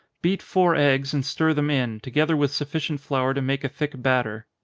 beat four eggs, and stir them in, together with sufficient flour to make a thick batter.